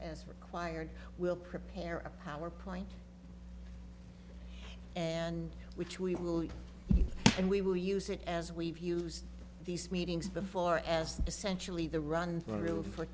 as required will prepare a powerpoint and which we will and we will use it as we've used these meetings before as essentially the run for real for